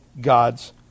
God's